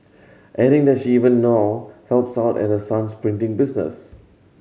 adding that she even now helps out at her son's printing business